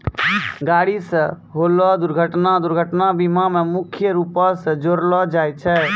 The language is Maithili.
गाड़ी से होलो दुर्घटना दुर्घटना बीमा मे मुख्य रूपो से जोड़लो जाय छै